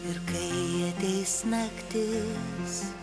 ir kai ateis naktis